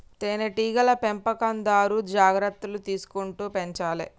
తేనె టీగల పెంపకందారు జాగ్రత్తలు తీసుకుంటూ పెంచాలే